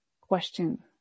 question